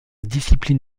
discipline